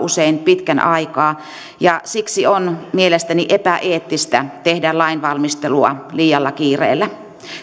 usein pitkän aikaa ja siksi on mielestäni epäeettistä tehdä lainvalmistelua liialla kiireellä